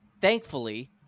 Thankfully